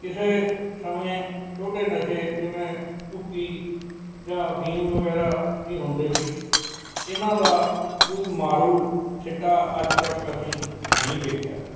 ਕਿਸੇ ਸਮੇ ਛੋਟੇ ਨਸ਼ੇ ਜਿਵੇਂ ਭੁੱਕੀ ਜਾਂ ਅਫੀਮ ਵਗੈਰਾ ਵੀ ਹੁੰਦੇ ਸੀ ਇਹਨਾਂ ਦਾ ਕੋਈ ਮਾਰੂ ਸਿੱਟਾ ਅੱਜ ਤੱਕ ਅਸੀਂ ਨਹੀਂ ਵੇਖਿਆ